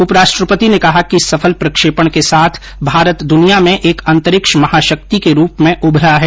उपराष्ट्रपति ने कहा कि इस सफल प्रक्षेपण के साथ भारत दुनिया में एक अंतरिक्ष महाशक्ति के रूप में उभरा है